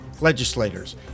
legislators